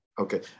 Okay